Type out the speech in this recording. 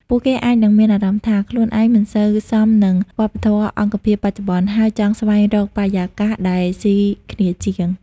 ពួកគេអាចនឹងមានអារម្មណ៍ថា ខ្លួនឯងមិនសូវសមនឹងវប្បធម៌អង្គភាពបច្ចុប្បន្ន ហើយចង់ស្វែងរកបរិយាកាសដែលស៊ីគ្នាជាង។